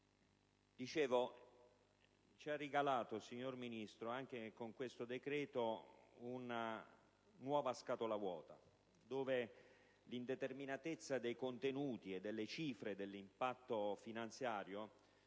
Dicevo che ci ha regalato, signor Ministro, anche con questo decreto, una nuova scatola vuota dove l'indeterminatezza dei contenuti e delle cifre dell'impatto finanziario